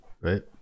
right